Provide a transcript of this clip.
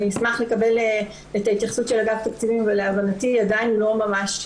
אני אשמח לקבל את ההתייחסות של אגף תקציבים ולהבנתי עדיין לא ממש,